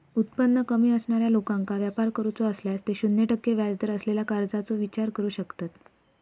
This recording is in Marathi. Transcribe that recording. उत्पन्न कमी असणाऱ्या लोकांका व्यापार करूचो असल्यास ते शून्य टक्के व्याजदर असलेल्या कर्जाचो विचार करू शकतत